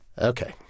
okay